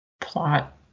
plot